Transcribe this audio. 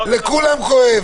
חברים, אפשר לשבת?